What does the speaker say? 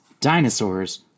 dinosaurs